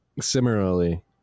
Similarly